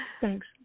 Thanks